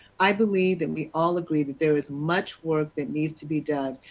i believe that we all agree, that there is much work that needs to be done,